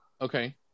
Okay